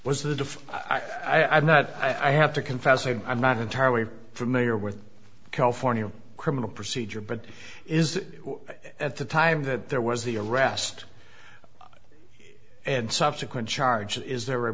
was that of i've not i have to confess i'm not entirely familiar with california criminal procedure but is that at the time that there was the arrest and subsequent charge is there a